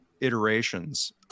iterations